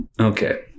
Okay